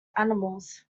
animals